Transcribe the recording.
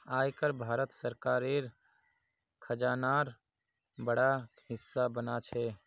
आय कर भारत सरकारेर खजानार बड़ा हिस्सा बना छे